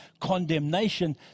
condemnation